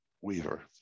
Weaver